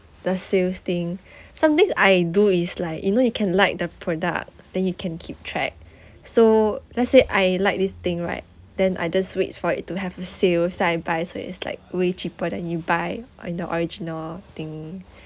the sales thing some things I do is like you know you can like the product then you can keep track so let's say I like this thing right then I just wait for it to have a sales then I buy so it's like way cheaper than you buy in the original thing